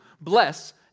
bless